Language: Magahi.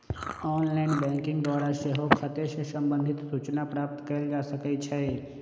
ऑनलाइन बैंकिंग द्वारा सेहो खते से संबंधित सूचना प्राप्त कएल जा सकइ छै